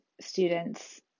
students